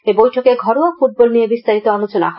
এই বৈঠকে ঘরোয়া ফুটবল নিয়ে বিস্তারিত আলোচনা হয়